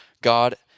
God